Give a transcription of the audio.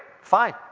fine